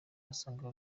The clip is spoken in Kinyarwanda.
basanga